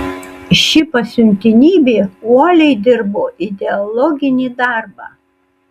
ši pasiuntinybė uoliai dirbo ideologinį darbą